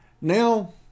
Now